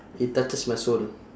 it touches my soul